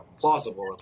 plausible